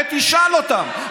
תשאל אותם,